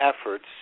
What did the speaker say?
efforts